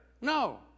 No